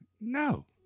No